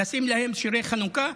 לשים להם שירי חנוכה?